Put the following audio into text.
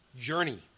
journey